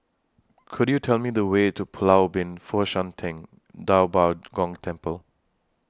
Could YOU Tell Me The Way to Pulau Ubin Fo Shan Ting DA Bo Gong Temple